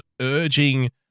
urging